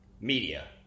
media